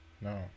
No